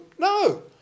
No